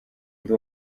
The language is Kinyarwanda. ndi